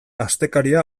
astekaria